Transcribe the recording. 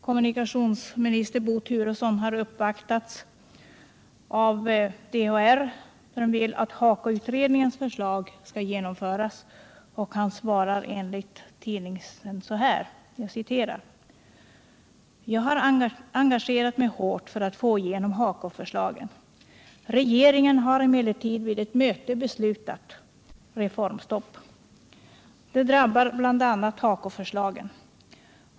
Bo Turesson uppvaktades av DHR som ville att HAKO-utredningens förslag skulle genomföras, och han svarade enligt tidningen: ”Jag har engagerat mig hårt för att få igenom HAKO-förslagen. Regeringen har emellertid vid ett möte beslutat reformstopp. Det drabbar bl.a. HAKO-förslagen.